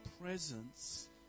presence